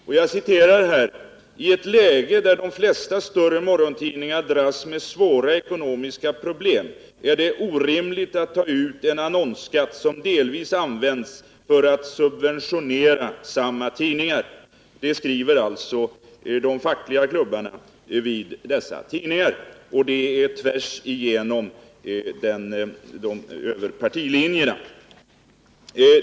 De skriver bl.a. följande: ”TI ett läge där de flesta större morgontidningar dras med svåra ekonomiska problem är det orimligt att ta ut en annonsskatt som delvis används för att subventionera samma tidningar.” Detta uttalande från de fackliga klubbarna vid dessa tidningar går tvärs över partilinjerna.